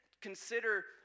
consider